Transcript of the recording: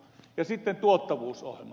sitten tuottavuusohjelma